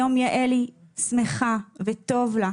היום יעלי שמחה וטוב לה.